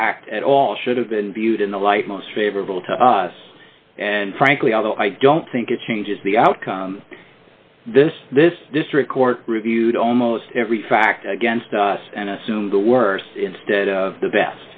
fact at all should have been viewed in the light most favorable to us and frankly although i don't think it changes the outcome this this district court reviewed almost every fact against us and assume the worst instead of the b